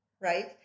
right